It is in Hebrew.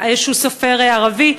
איזה סופר ערבי.